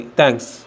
thanks